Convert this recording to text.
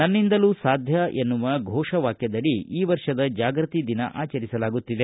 ನನ್ನಿಂದಲೂ ಸಾಧ್ಯ ಎನ್ನುವ ಘೋಷ ವಾಕ್ಕದಡಿ ಈ ವರ್ಷದ ಜಾಗೃತಿ ದಿನ ಆಚರಿಸಲಾಗುತ್ತದೆ